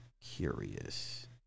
curious